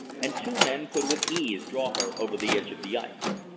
and two men could with ease draw her over the edge of the ice.